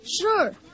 Sure